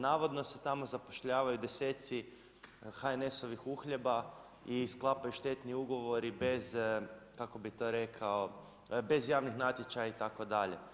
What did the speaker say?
Navodno se tamo zapošljavaju 10 HNS-ovih uhljeba i sklapaju štetni ugovori bez kako bi to rekao, bez javnih natječaja itd.